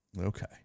okay